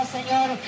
Señor